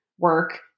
work